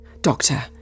Doctor